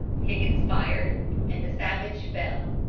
higgins fired and the savage fell.